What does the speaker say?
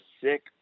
sick